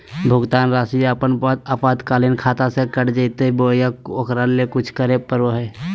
भुक्तान रासि अपने आपातकालीन खाता से कट जैतैय बोया ओकरा ले कुछ करे परो है?